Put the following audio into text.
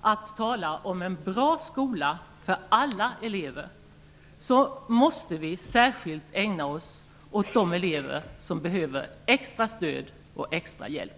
att tala om en bra skola för alla elever, måste vi särskilt ägna oss åt de elever som behöver extra stöd och extra hjälp.